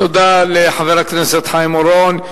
תודה לחבר הכנסת חיים אורון.